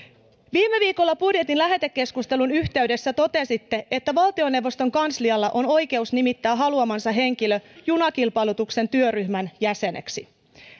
viime viikolla budjetin lähetekeskustelun yhteydessä totesitte että valtioneuvoston kanslialla on oikeus nimittää haluamansa henkilö junakilpailutuksen työryhmän jäseneksi